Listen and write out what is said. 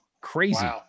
Crazy